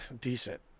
decent